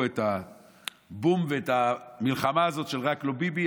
את הבום ואת המלחמה הזאת של רק לא ביבי.